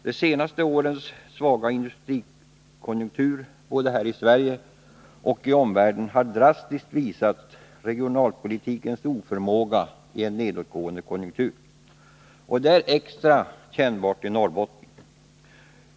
De senaste årens svaga industrikonjunktur både här i Sverige och i omvärlden har drastiskt visat regionalpolitikens oförmåga i en nedåtgående konjunktur. Detta är extra kännbart i Norrbotten.